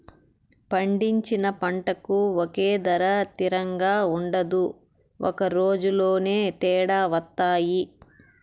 పండించిన పంటకు ఒకే ధర తిరంగా ఉండదు ఒక రోజులోనే తేడా వత్తాయి